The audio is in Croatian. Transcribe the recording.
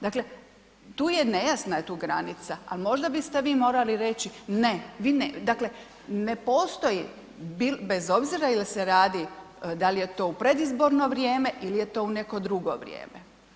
Dakle, tu je, nejasna je tu granica, a možda biste vi morali reći ne, dakle, ne postoji, bez obzira jel se radi, dal je to u predizborno vrijeme il je to u neko drugo vrijeme.